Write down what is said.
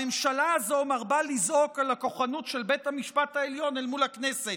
הממשלה הזו מרבה לזעוק על הכוחנות של בית המשפט העליון אל מול הכנסת,